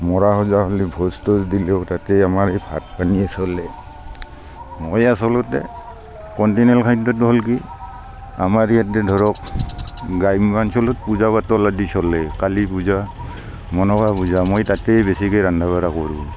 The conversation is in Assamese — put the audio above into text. মৰা সজা হ'লে ভোজ তোজ দিলেও তাতে আমাৰ এই ভাত পানীয়ে চলে মই আচলতে কণ্টিনেল খাদ্যটো হ'ল কি আমাৰ ইয়াতে ধৰক গ্ৰাম্যাঞ্চলত পূজা পাতল আদি চলে কালি পূজা মনসা পূজা মই তাতে বেছিকৈ ৰন্ধা বাঢ়া কৰো